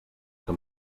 que